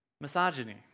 misogyny